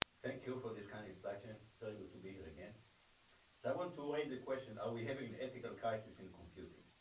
thank you for this kind of introduction, very good to be here again. so i want to raise the question, are we having an ethical crisis in computing?